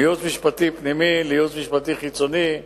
מייעוץ משפטי פנימי לייעוץ משפטי חיצוני,